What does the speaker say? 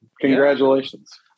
Congratulations